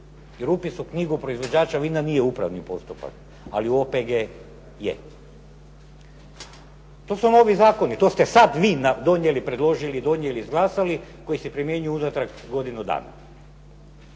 Jer upis u knjigu proizvođača vina nije upravni postupak, ali OPG je. To su novi zakoni, to ste sada vi donijeli, predložili, donijeli izglasali koji se primjenjuju unatrag godinu dana.